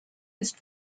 ist